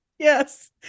Yes